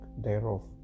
thereof